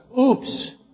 Oops